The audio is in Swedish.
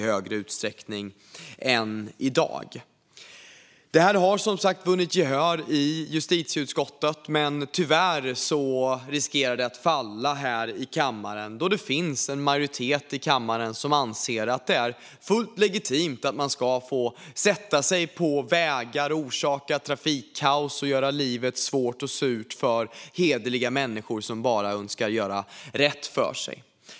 Detta har som sagt vunnit gehör i justitieutskottet, men tyvärr riskerar det att falla i kammaren då det finns en majoritet som anser att det är fullt legitimt att sätta sig på vägar, orsaka trafikkaos och göra livet surt för hederliga människor som bara vill göra rätt för sig.